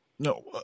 No